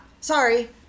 Sorry